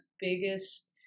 biggest